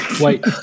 Wait